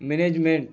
management